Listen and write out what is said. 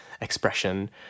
expression